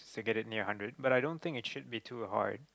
to get it near hundred but i don't think it should be too hard